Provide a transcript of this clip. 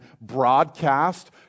broadcast